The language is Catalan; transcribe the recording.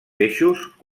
peixos